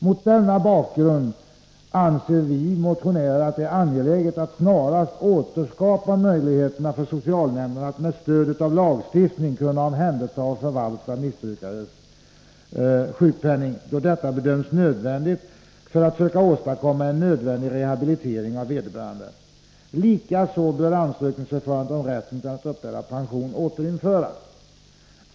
Mot denna bakgrund anser vi motionärer att det är angeläget att snarast återskapa möjligheten för socialnämnderna att med stöd av lagstiftning kunna omhänderta och förvalta missbrukares sjukpenning, då detta bedöms väsentligt för att söka åstadkomma en nödvändig rehabilitering av vederbörande. Likaså bör ansökningsförfarandet när det gäller rätten att uppbära pension återinföras.